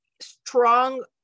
strong